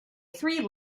three